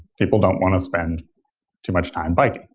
people don't want to spend too much time bike.